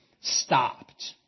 stopped